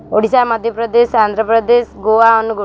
Odisha Madhya Pradesh Andhra Pradesh Goa Angul